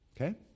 Okay